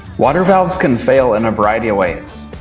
water valves can fail in a variety of ways.